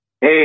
Hey